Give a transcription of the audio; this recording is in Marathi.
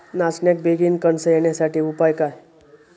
नाचण्याक बेगीन कणसा येण्यासाठी उपाय काय?